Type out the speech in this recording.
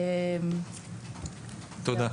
תודה.